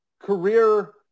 career